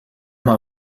mal